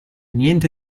niente